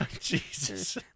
Jesus